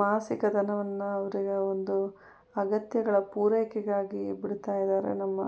ಮಾಸಿಕ ಧನವನ್ನು ಅವರಿಗೆ ಒಂದು ಅಗತ್ಯಗಳ ಪೂರೈಕೆಗಾಗಿ ಬಿಡ್ತಾಯಿದ್ದಾರೆ ನಮ್ಮ